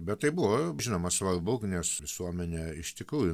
bet tai buvo žinoma svarbu nes visuomenė iš tikrųjų